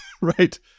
right